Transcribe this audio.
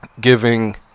giving